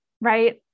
right